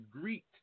greet